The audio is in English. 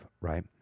right